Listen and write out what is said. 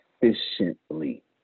efficiently